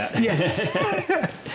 yes